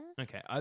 Okay